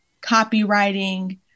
copywriting